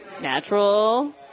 Natural